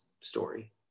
story